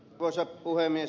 arvoisa puhemies